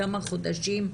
כמה חודשים.